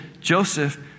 Joseph